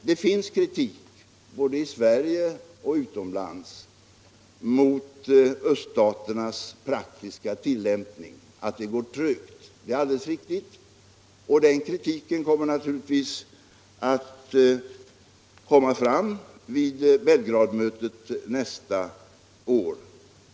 Det förekommer kritik både i Sverige och utomlands mot att öststaternas praktiska tillämpning är trög, och den kritiken kommer naturligtvis att framföras vid Belgradmötet nästa år.